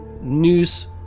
news